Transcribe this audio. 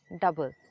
double